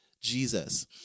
Jesus